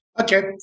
Okay